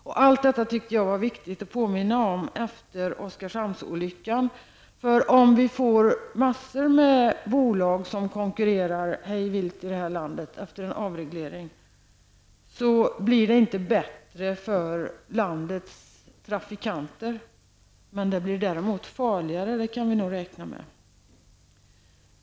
Jag tyckte att det var viktigt att påminna om dessa saker efter Om en mängd bolag efter en avreglering konkurrerar ''hej vilt'' i vårt land, blir det inte bättre för landets trafikanter. Däremot kan vi nog räkna med att det blir farligare.